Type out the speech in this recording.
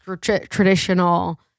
traditional